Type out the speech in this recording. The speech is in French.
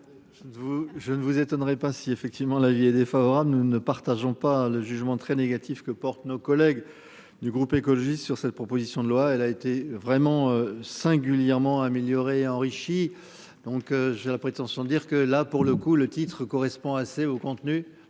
je ne vous étonnerai pas si effectivement la vie est défavorable. Nous ne partageons pas le jugement très négatif que portent nos collègues du groupe écologiste sur cette proposition de loi, elle a été vraiment singulièrement améliorée enrichi. Donc j'ai la prétention de dire que là pour le coup, le titre correspond assez au contenu.